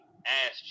Ass